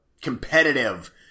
competitive